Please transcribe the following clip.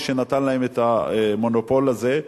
מי שנתן להם את המונופול הזה,